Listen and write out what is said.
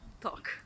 Talk